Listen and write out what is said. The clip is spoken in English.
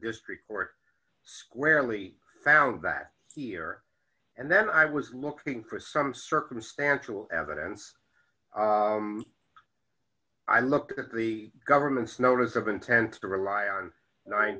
district court squarely found that here and then i was looking for some circumstantial evidence i looked at the government's notice of intent to rely on nine